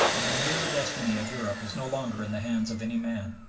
and the near destiny of europe is no longer in the hands of any man.